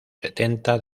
setenta